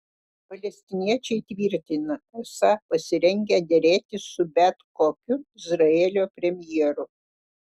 palestiniečiai tvirtina esą pasirengę derėtis su bet kokiu izraelio premjeru